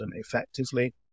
effectively